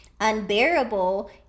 unbearable